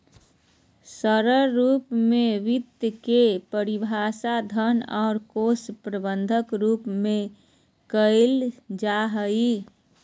सरल रूप में वित्त के परिभाषा धन और कोश प्रबन्धन रूप में कइल जा हइ